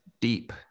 deep